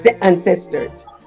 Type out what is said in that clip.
ancestors